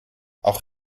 auch